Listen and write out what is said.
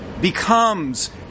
becomes